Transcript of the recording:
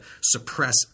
suppress